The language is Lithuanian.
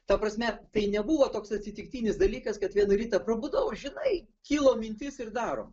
ta prasme tai nebuvo toks atsitiktinis dalykas kad vieną rytą prabudau žinai kilo mintis ir darom